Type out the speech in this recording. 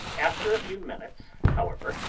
after a few minutes, however,